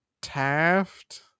Taft